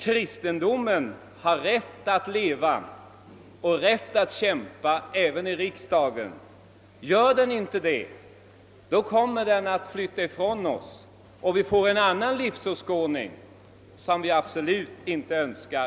Kristendomen har rätt att leva, och den har rätt att kämpa även i riksdagen. Gör den inte det, kommer den snart att flyta ifrån oss, och vi får en annan livsåskådning, som vi absolut inte önskar.